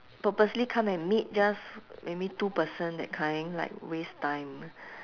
purposely come and meet just maybe two person that kind like waste time